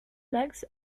legs